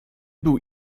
był